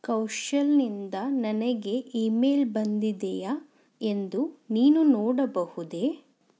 ಕೌಶಾಲ್ನಿಂದ ನನಗೆ ಇಮೇಲ್ ಬಂದಿದೆಯಾ ಎಂದು ನೀನು ನೋಡಬಹುದೇ